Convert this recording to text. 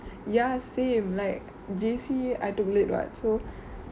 ya same like J_C I took late what so